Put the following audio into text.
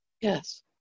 Yes